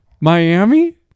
Miami